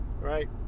right